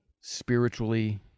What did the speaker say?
spiritually